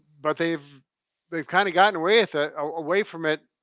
but they've they've kind of gotten away with it, away from it,